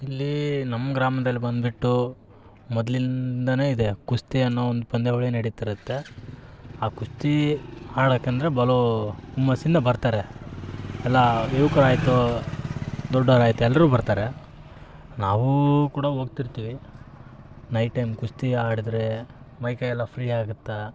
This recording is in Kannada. ಇಲ್ಲಿ ನಮ್ಮ ಗ್ರಾಮ್ದಲ್ಲಿ ಬಂದುಬಿಟ್ಟು ಮೊದಲಿಂದನೇ ಇದೆ ಕುಸ್ತಿ ಅನ್ನೋ ಒಂದು ಪಂದ್ಯಾವಳಿ ನಡೀತಿರತ್ತೆ ಆ ಕುಸ್ತಿ ಆಡಕ್ಕೆಂದ್ರೆ ಬಲು ಹುಮ್ಮಸ್ಸಿಂದ ಬರ್ತಾರೆ ಎಲ್ಲ ಯುವಕ್ರು ಆಯಿತು ದೊಡ್ಡವ್ರು ಆಯ್ತು ಎಲ್ಲರೂ ಬರ್ತಾರೆ ನಾವೂ ಕೂಡ ಹೋಗ್ತಿರ್ತಿವಿ ನೈಟ್ ಟೈಮ್ ಕುಸ್ತಿ ಆಡಿದ್ರೆ ಮೈಕೈ ಎಲ್ಲ ಫ್ರೀ ಆಗತ್ತೆ